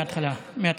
מהתחלה.